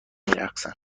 رقصن